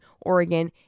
Oregon